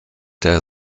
der